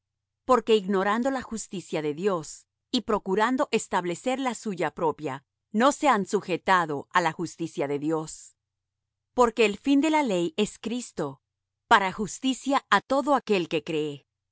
porque ignorando la justicia de dios y procurando establecer la suya propia no se han sujetado á la justicia de dios porque el fin de la ley es cristo para justicia á todo aquel que cree